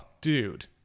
dude